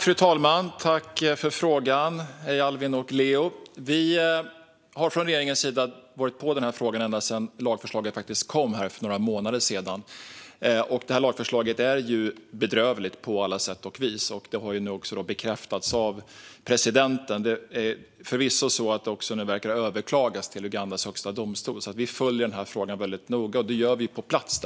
Fru talman! Tack för frågan, Alvin och Leo! Vi i regeringen har tittat på denna fråga ända sedan lagförslaget kom för några månader sedan. Det är ett bedrövligt lagförslag på alla sätt och vis, och förslaget har nu bekräftats av presidenten. Nu verkar det förvisso överklagas till Ugandas högsta domstol. Vi följer denna fråga noga, och det gör vi på plats.